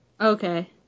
Okay